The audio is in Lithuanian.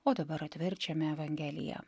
o dabar atverčiame evangeliją